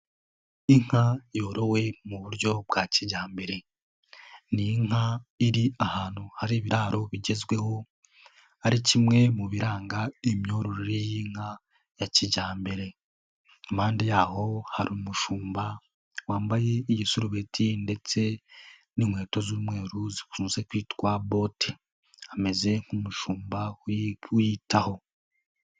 Inka yorowe mu buryo bwa kijyambere, ni inka iri ahantu hari ibiraro bigezweho ari kimwe mu biranga imyororo y'inka ya kijyambere, impande y'aho hari umushumba wambaye igisurubeti ndetse n'inkweto z'umweru zikunze kwitwa bote, ameze nk'umushumba uri kuyitaho.